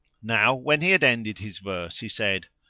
now when he had ended his verse he said,